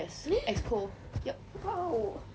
!wow!